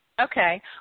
Okay